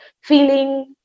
feeling